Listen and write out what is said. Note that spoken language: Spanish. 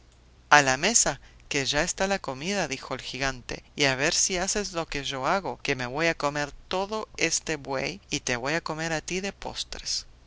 a la mesa que ya está la comida dijo el gigante y a ver si haces lo que hago yo que me voy a comer todo este buey y te voy a comer a ti de postres